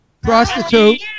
Prostitute